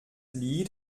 lied